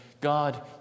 God